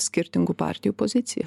skirtingų partijų poziciją